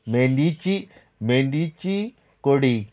मेंडिची मेंदिची कोडी